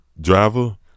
driver